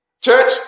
Church